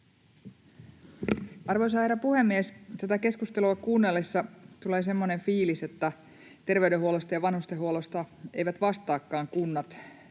Arvoisa herra puhemies! Tätä keskustelua kuunnellessa tulee semmoinen fiilis, että terveydenhuollosta ja vanhustenhuollosta eivät vastaakaan kunnat